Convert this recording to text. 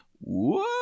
whoa